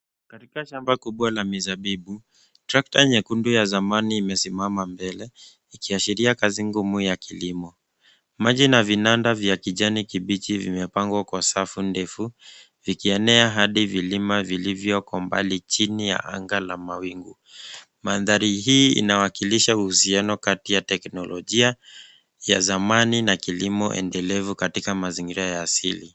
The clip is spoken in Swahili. Katika shamba kubwa la mizabibu, trakta nyekundu ya zamani imesimama mbele, ikiashiria kazi ngumu ya kilimo. Maji na vinanda vya kijani kibichi vimepangwa kwa safu ndefu vikienea hadi vilima vilivyo kwa mbali chini ya anga la mawingu. Mandhari hii inawakilisha uhusiano kati ya teknolojia ya zamani na kilimo endelevu katika mazingira ya asili.